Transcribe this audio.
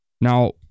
Now